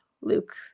Luke